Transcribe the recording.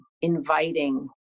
inviting